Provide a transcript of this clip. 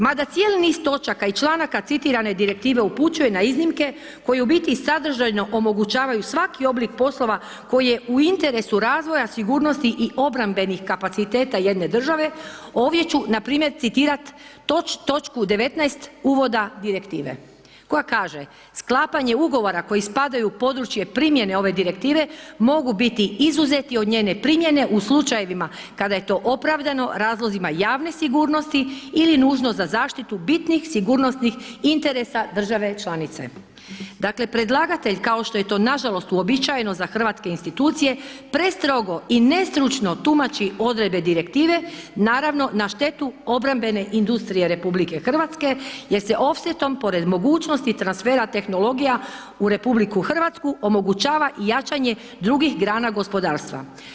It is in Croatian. Mada cijeli niz točaka i članaka citirane direktive upućuje na iznimke koje u biti sadržajno omogućavaju svaki oblik poslova koji je u interesu razvoja sigurnosti i obrambenih kapaciteta jedne države, ovdje ću npr. citirat točku 19. uvoda Direktive koja kaže: „Sklapanje ugovora koji spadaju u područje primjene ove Direktive mogu biti izuzeti od njene primjene u slučajevima kada je to opravdano razlozima javne sigurnosti ili nužno za zaštitu bitnih sigurnosnih interesa države članice.“ Dakle, predlagatelj kao što je to nažalost uobičajeno za hrvatske institucije prestrogo i nestručno tumači odredbe Direktive, naravno na štetu obrambene industrije RH, jer se ofsetom pored mogućnosti transfera tehnologija u RH omogućava i jačanje drugih grana gospodarstva.